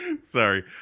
sorry